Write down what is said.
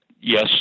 yes